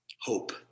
hope